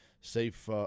safe